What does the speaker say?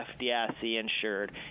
FDIC-insured